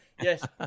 Yes